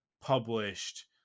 published